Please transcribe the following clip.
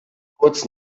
kurz